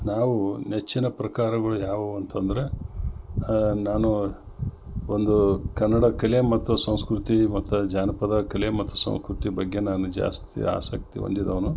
ನಾವು ನೆಚ್ಚಿನ ಪ್ರಕಾರಗುಳು ಯಾವುವು ಅಂತಂದರೆ ನಾನು ಒಂದು ಕನ್ನಡ ಕಲೆ ಮತ್ತು ಸಂಸ್ಕೃತಿ ಮತ್ತು ಜಾನಪದ ಕಲೆ ಮತ್ತು ಸಂಸ್ಕೃತಿ ಬಗ್ಗೆ ನಾನು ಜಾಸ್ತಿ ಆಸಕ್ತಿ ಹೊಂದಿದವನು